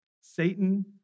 Satan